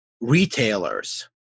retailers